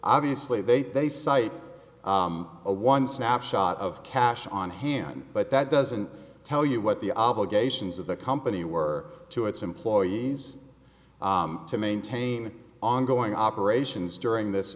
obviously they thought they cite a one snapshot of cash on hand but that doesn't tell you what the obligations of the company were to its employees to maintain ongoing operations during this